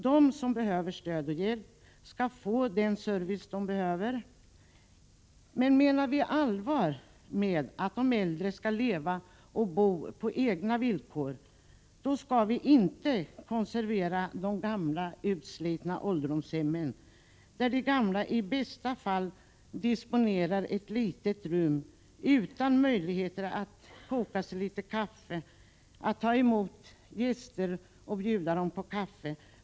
De som behöver stöd och hjälp skall få den service de behöver. Men menar vi allvar med att de äldre skall leva och bo på egna villkor skall vi inte konservera de gamla utslitna ålderdomshemmen, där de gamla i bästa fall disponerar ett litet rum utan möjligheter att ta emot gäster och bjuda dem på kaffe.